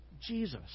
Jesus